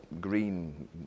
green